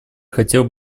хотел